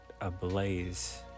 ablaze